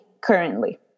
currently